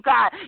God